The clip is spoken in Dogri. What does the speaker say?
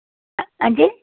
हां जी